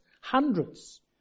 hundreds